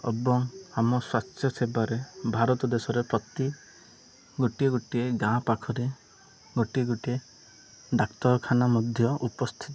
ଏବଂ ଆମ ସ୍ୱାସ୍ଥ୍ୟ ସେବାରେ ଭାରତ ଦେଶରେ ପ୍ରତି ଗୋଟିଏ ଗୋଟିଏ ଗାଁ ପାଖରେ ଗୋଟିଏ ଗୋଟିଏ ଡାକ୍ତରଖାନା ମଧ୍ୟ ଉପସ୍ଥିତ